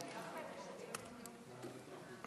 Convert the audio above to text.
חברת הכנסת איילת